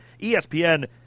ESPN